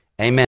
amen